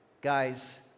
Guys